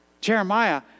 Jeremiah